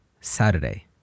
Saturday